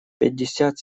пятьдесят